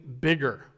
bigger